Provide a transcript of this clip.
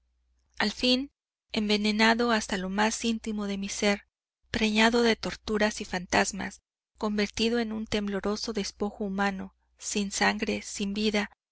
al fin envenenado hasta lo más íntimo de mi ser preñado de torturas y fantasmas convertido en un tembloroso despojo humano sin sangre sin